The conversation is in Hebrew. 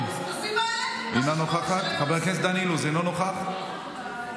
והמבוזבזים האלה על חשבון משלם המיסים.